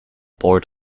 bored